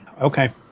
Okay